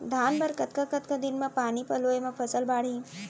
धान बर कतका कतका दिन म पानी पलोय म फसल बाड़ही?